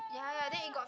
ya ya then it got